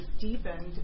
deepened